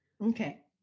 Okay